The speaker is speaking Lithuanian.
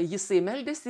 jisai meldėsi